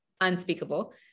unspeakable